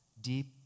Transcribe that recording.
deep